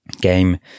game